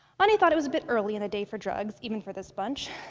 anie thought it was a bit early in the day for drugs, even for this bunch,